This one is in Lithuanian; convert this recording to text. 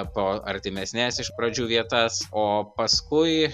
po artimesnes iš pradžių vietas o paskui